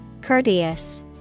courteous